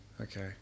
Okay